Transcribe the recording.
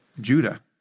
Judah